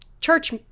church